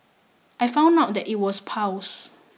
I found out that it was piles